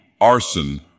arson